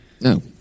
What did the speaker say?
No